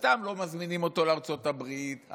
סתם לא מזמינים אותו לארצות הברית,